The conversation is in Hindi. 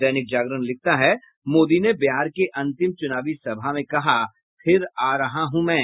दैनिक जागरण लिखता है मोदी ने बिहार के अंतिम चुनावी सभा में कहा फिर आ रहा हूं मैं